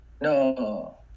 No